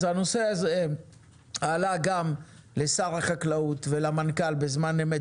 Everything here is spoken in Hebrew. אז הנושא הזה עלה גם לשר החקלאות ולמנכ"ל משרד הבריאות וכל זה בזמן אמת,